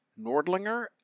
nordlinger